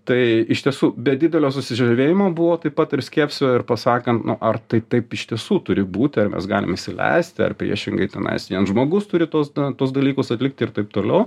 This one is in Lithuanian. tai iš tiesų be didelio susižavėjimo buvo taip pat ir skepsio ir pasakant nu ar tai taip iš tiesų turi būti ar mes galime įsileisti ar priešingai tenais vien žmogus turi tuos na tuos dalykus atlikti ir taip toliau